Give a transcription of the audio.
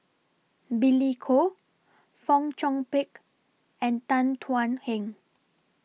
Billy Koh Fong Chong Pik and Tan Thuan Heng